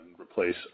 replace